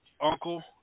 Uncle